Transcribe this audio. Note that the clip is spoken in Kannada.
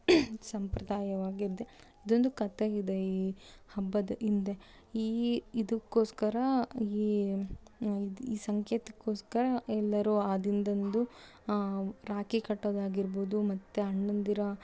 ಸಂಪ್ರದಾಯವಾಗಿದೆ ಇದೊಂದು ಕಥೆ ಇದೆ ಈ ಹಬ್ದದ ಹಿಂದೆ ಈ ಇದಕ್ಕೋಸ್ಕರ ಈ ಈ ಸಂಕೇತಕ್ಕೋಸ್ಕರ ಎಲ್ಲರೂ ಆ ದಿನದಂದು ರಾಖಿ ಕಟ್ಟೋದಾಗಿರ್ಬೋದು ಮತ್ತು ಅಣ್ಣಂದಿರ